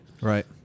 Right